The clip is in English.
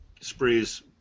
Sprees